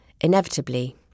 inevitably